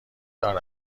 دار